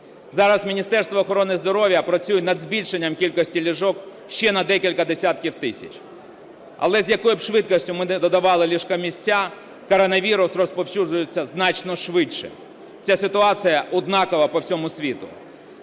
Зараз Міністерство охорони здоров'я працює над збільшенням кількості ліжок ще на декілька десятків тисяч. Але, з якою б швидкістю ми не додавали ліжко-місця, коронавірус розповсюджується значно швидше. Ця ситуація однакова по всьому світу.